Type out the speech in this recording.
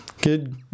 Good